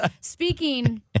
Speaking